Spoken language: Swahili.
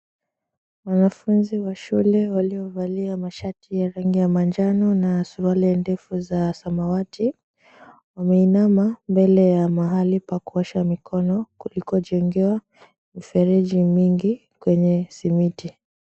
Wanafunzi wa shule waliovalia mashati ya rangi ya manjano na suruali ndefu za samawati wameinama mbele ya mahali pa kuosha mikono kulikojengewa mifereji mingi kwenye simiti.